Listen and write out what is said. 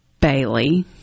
Bailey